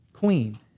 queen